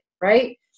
right